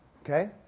Okay